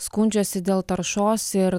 skundžiasi dėl taršos ir